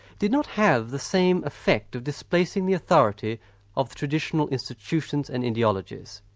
did not have the same effect of displacing the authority of traditional institutions and ideologies.